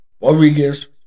Rodriguez